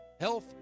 health